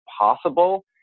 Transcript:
possible